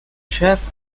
chief